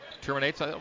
terminates